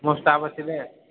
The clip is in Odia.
ମୋ ଷ୍ଟାଫ୍ ଆସିଲେ